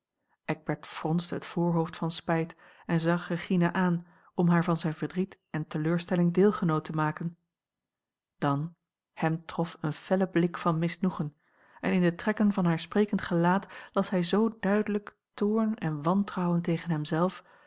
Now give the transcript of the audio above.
eckbert fronsde het voorhoofd van spijt en zag regina aan om haar van zijn verdriet en teleurstelling deelgenoot te maken dan hem trof een felle blik van misnoegen en in de trekken van haar sprekend gelaat las hij zoo duidelijk toorn en wantrouwen tegen hem zelf